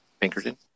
Pinkerton